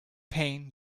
pain